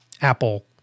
Apple